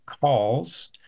calls